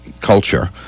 culture